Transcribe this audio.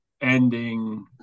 ending